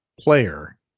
player